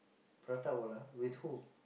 prata-Wala with who